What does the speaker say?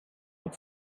had